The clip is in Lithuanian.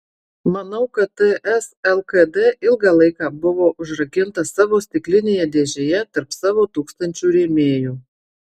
manau kad ts lkd ilgą laiką buvo užrakinta savo stiklinėje dėžėje tarp savo tūkstančių rėmėjų